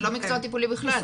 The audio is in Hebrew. זה לא מקצוע טיפולי בכלל,